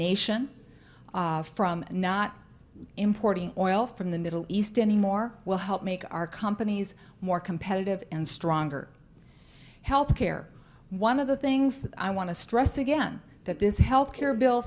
nation from not importing oil from the middle east anymore we'll help make our companies more competitive and stronger health care one of the things that i want to stress again that this health care bill